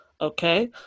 Okay